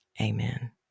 amen